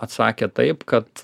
atsakė taip kad